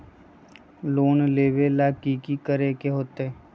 Loan लेबे ला की कि करे के होतई?